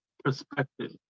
perspective